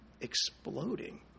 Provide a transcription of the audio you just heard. exploding